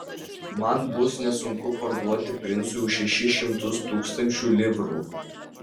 man bus nesunku parduoti princui už šešis šimtus tūkstančių livrų